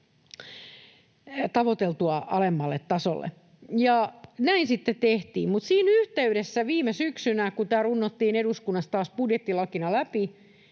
mitoitusta alemmalla tasolla. Näin sitten tehtiin, mutta siinä yhteydessä, kun viime syksynä tämä runnottiin eduskunnassa budjettilakina läpi,